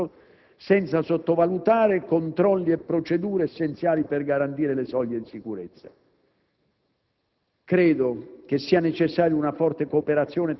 allora si faccia con fermezza, senza sottovalutare, controlli e procedure essenziali per garantire le soglie di sicurezza.